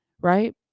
right